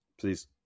Please